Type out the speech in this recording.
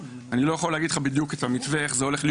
אני לא יכול להגיד לך את המתווה איך הוא הולך להיות.